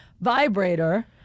vibrator